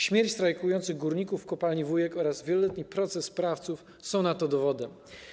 Śmierć strajkujących górników w kopalni Wujek oraz wieloletni proces sprawców są na to dowodem.